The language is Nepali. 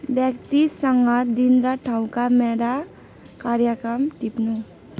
व्यक्तिसँग दिन र ठाउँका मेरा कार्यक्रम टिप्नू